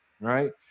right